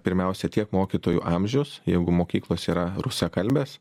pirmiausia tiek mokytojų amžius jeigu mokyklos yra rusakalbės